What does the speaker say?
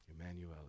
Emmanuel